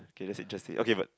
okay that's it just say okay but